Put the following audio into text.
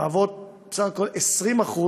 הן בסך הכול 20%,